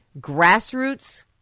grassroots